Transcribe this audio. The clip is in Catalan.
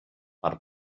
per